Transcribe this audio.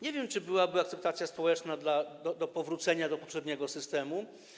Nie wiem, czy byłaby akceptacja społeczna w przypadku powrócenia do poprzedniego systemu.